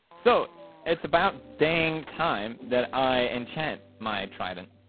so it's it's about dang times that i enchant my try to